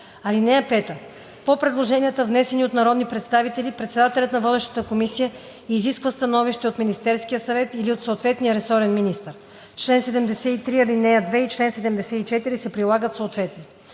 ал. 1. (5) По предложенията, внесени от народни представители, председателят на водещата комисия изисква становище от Министерския съвет или от съответния ресорен министър. Член 73, ал. 2 и чл. 74 се прилагат съответно.